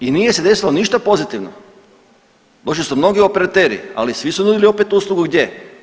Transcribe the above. I nije se desilo ništa pozitivno, došli su mnogi operateri ali svi su nudili opet uslugu gdje?